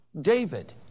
David